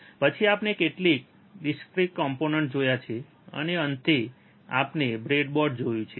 પછી આપણે કેટલાક ડિસ્ક્રીટ કોમ્પોનેંટ જોયા છે અને અંતે આપણે બ્રેડબોર્ડ જોયું છે